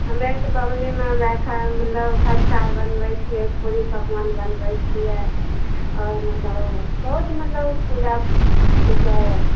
हमरे आर तऽ पाबनिमे मतलब खस्ता आर बनबै छियै पूरी पकबान बनबै छियै आओर मतलब बहुत मतलब पूजा की कहै हइ